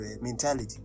mentality